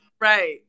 right